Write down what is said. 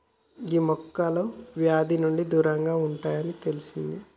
గీ మొక్కలు వ్యాధుల నుండి దూరంగా ఉంటాయి అని తెలిసింది